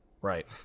Right